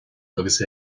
agus